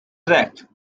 track